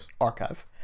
archive